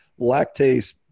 lactase